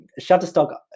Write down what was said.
Shutterstock